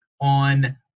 on